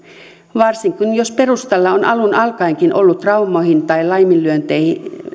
varsinkin jos perustalla on alun alkaenkin ollut traumoihin tai laiminlyönteihin